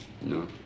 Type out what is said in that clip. No